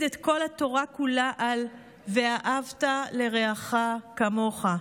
את כל התורה כולה על "ואהבת לרעך כמוך".